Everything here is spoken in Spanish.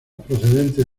procedentes